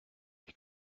ich